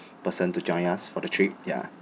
person to join us for the trip ya